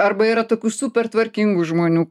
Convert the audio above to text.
arba yra tokių super tvarkingų žmonių